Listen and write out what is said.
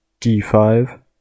d5